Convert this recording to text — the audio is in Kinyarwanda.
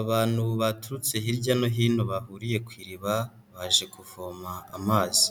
Abantu baturutse hirya no hino bahuriye ku iriba, baje kuvoma amazi,